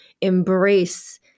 embrace